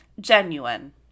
genuine